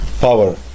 power